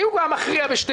אם הוא היה כבר מכריע בשתיהן